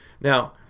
Now